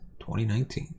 2019